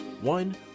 One